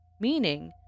meaning